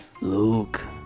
Luke